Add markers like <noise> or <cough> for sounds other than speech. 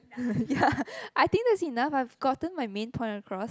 <laughs> ya I think that's enough I've gotten my main point across